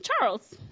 Charles